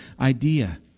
idea